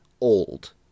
old